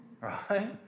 Right